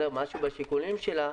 משהו בשיקולים שלה,